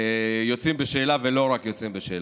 יוצאים בשאלה ולא רק יוצאים בשאלה.